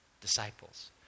disciples